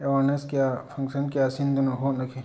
awareness ꯀꯌꯥ ꯐꯪꯁꯟ ꯀꯌꯥ ꯁꯤꯟꯗꯨꯅ ꯍꯣꯠꯅꯈꯤ